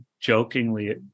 jokingly